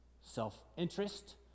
self-interest